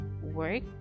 work